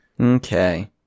Okay